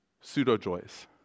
pseudo-joys